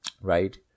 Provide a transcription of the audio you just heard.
Right